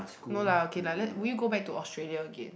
no lah okay lah let~ would you go back to Australia again